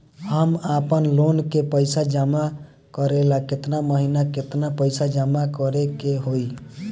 हम आपनलोन के पइसा जमा करेला केतना महीना केतना पइसा जमा करे के होई?